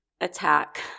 attack